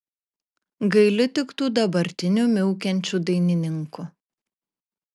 gailiu tik tų dabartinių miaukiančių dainininkų